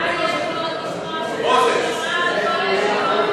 מה יש לו עוד לשמוע שהוא לא שמע בכל הישיבות האלה?